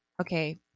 Okay